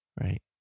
right